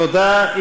תודה.